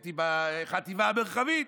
הייתי בחטיבה המרחבית,